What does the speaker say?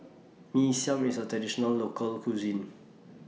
Mee Siam IS A Traditional Local Cuisine